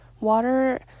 Water